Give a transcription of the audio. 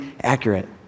accurate